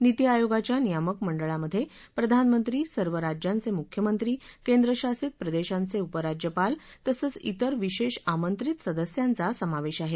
नीती आयोगाच्या नियामक मंडळामधे प्रधानमंत्री सर्व राज्यांचे मुख्यमंत्री केंद्रशासित प्रदेशांचे उपराज्यपाल तसंच विर विशेष आमंत्रित सदस्यांचा समावेश आहे